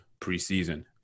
preseason